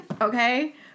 Okay